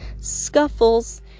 scuffles